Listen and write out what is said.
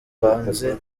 mbanze